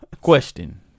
question